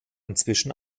inzwischen